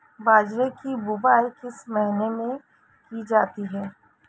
बाजरे की बुवाई किस महीने में की जाती है?